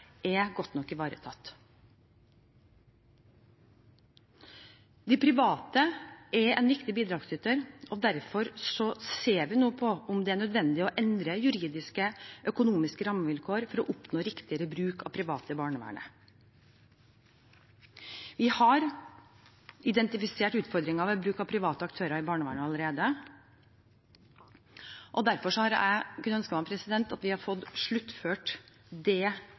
er godt nok ivaretatt. De private er en viktig bidragsyter, derfor ser vi nå på om det er nødvendig å endre juridiske og økonomiske rammevilkår for å oppnå riktigere bruk av private i barnevernet. Vi har identifisert utfordringer ved bruk av private aktører i barnevernet allerede. Derfor kunne jeg ønske meg at vi hadde fått sluttført det